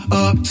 up